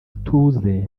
ituze